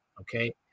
Okay